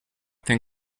then